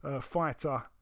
fighter